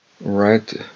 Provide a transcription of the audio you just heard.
Right